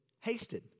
hasted